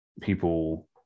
people